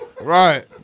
Right